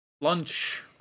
Lunch